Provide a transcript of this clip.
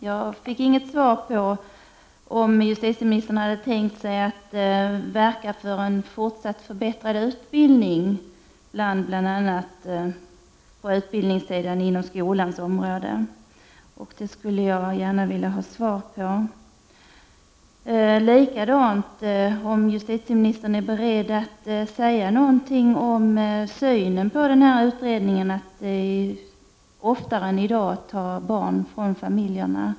Jag fick ingen klarhet i om justitieministern hade tänkt sig att verka för en fortsatt förbättrad utbildning inom skolan. Det skulle jag gärna vilja få ett svar på. Jag vill dessutom veta om justitieministern är beredd att säga någonting om sin syn på den utredning som föreslår att man oftare än i dag skall ta barn från familjerna.